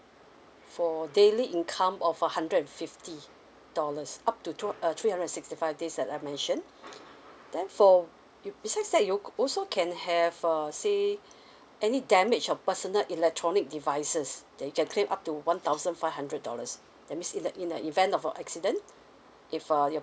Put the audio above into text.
for daily income of a hundred and fifty dollars up to two uh three hundred and sixty five days that I've mentioned then for you besides that you could also can have a say any damage of personal electronic devices that you can claim up to one thousand five hundred dollars that means in a in a event of a accident if err your